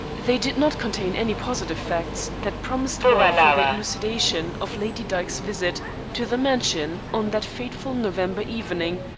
they did not contain any positive facts that promised well for the elucidation of lady dyke's visit to the mansions on that fateful november evening,